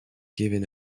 given